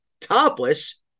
topless